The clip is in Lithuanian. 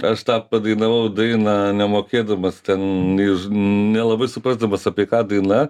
aš tą padainavau dainą nemokėdamas ten iš nelabai suprasdamas apie ką daina